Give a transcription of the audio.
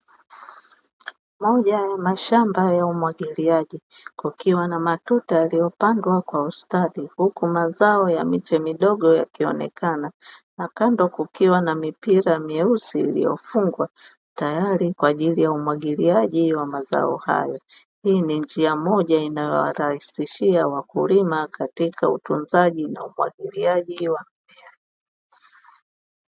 Moja ya mashamba ya umwagiliaji, kukiwa na matuta yaliyopandwa kwa ustadi huku mazao ya miche midogo yakionekana na kando kukiwa na mipira mieusi iliyofungwa tayari kwa ajili ya umwagiliaji wa mazao hayo. Hii ni njia moja inayowarahisishia wakulima katika utunzaji na umwagiliaji wa mimea.